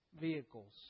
Vehicles